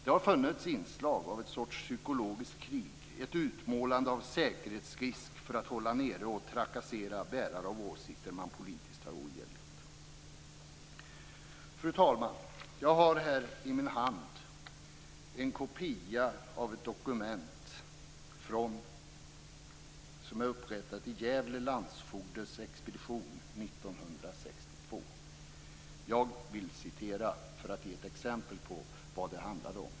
Det har funnits inslag av ett psykologiskt krig, ett utmålande av en säkerhetsrisk för att hålla ned och trakassera bärare av åsikter man politiskt har ogillat. Fru talman! Jag har i min hand en kopia av ett dokument som är upprättad i Gävle landsfogdes expedition 1962. Jag vill citera för att ge ett exempel på vad det hela handlade om.